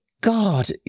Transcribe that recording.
God